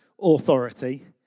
authority